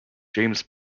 james